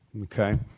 okay